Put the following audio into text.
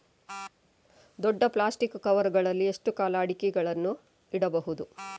ದೊಡ್ಡ plastic cover ಗಳಲ್ಲಿ ಎಷ್ಟು ಕಾಲ ಅಡಿಕೆಗಳನ್ನು ಇಡಬಹುದು?